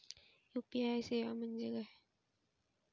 UPI सेवा म्हणजे काय?